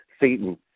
Satan